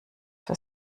für